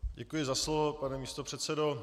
Děkuji za slovo, pane místopředsedo.